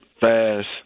fast